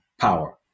power